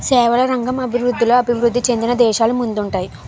సేవల రంగం అభివృద్ధిలో అభివృద్ధి చెందిన దేశాలు ముందుంటాయి